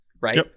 right